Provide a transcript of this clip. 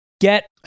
Get